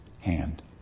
hand